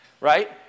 right